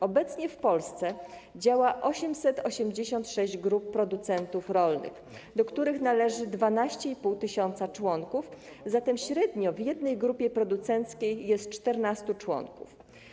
Obecnie w Polsce działa 886 grup producentów rolnych, do których należy 12,5 tys. członków, zatem średnio w jednej grupie producenckiej jest 14 członków.